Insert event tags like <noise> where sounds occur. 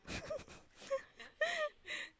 <laughs>